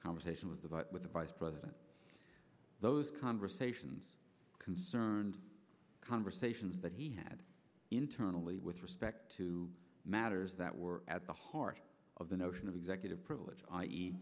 conversation with about with the vice president those conversations concerned conversations that he had internally with respect to matters that were at the heart of the notion of executive privilege